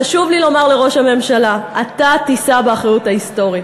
חשוב לי לומר לראש הממשלה: אתה תישא באחריות ההיסטורית.